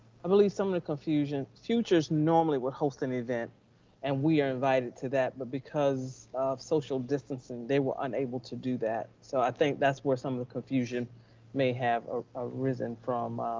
i believe some of the confusion, futures normally would host an event and we are invited to that, but because of social distancing, they were unable to do that. so i think that's where some of the confusion may have arisen from,